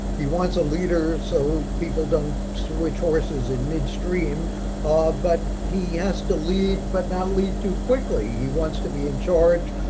he wants a leader so people don't switch horses in mid-stream but he has to lead, but not lead too quickly. he wants to be in charge.